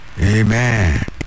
Amen